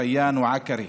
ריאן ועכרי.